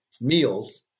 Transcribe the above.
meals